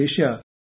Asia